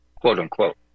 quote-unquote